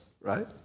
right